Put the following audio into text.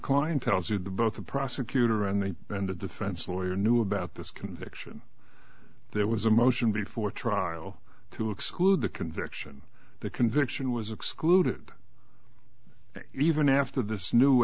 client tells you that both the prosecutor and and the defense lawyer knew about this conviction there was a motion before trial to exclude the conviction the conviction was excluded even after this new